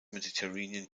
mediterranean